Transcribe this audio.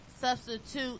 substitute